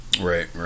Right